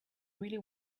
really